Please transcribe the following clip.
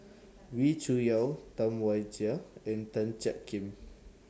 Wee Cho Yaw Tam Wai Jia and Tan Jiak Kim